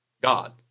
God